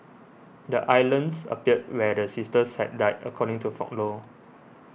the islands appeared where the sisters had died according to folklore